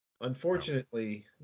Unfortunately